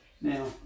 Now